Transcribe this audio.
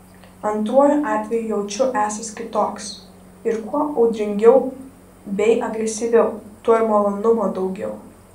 antruoju atveju jaučiu esąs kitoks ir kuo audringiau bei agresyviau tuo ir malonumo daugiau